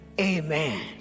amen